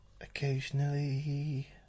occasionally